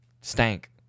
Stank